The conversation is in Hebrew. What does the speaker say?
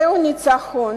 זהו ניצחון